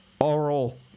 oral